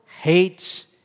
hates